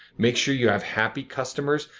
make sure you have happy customers.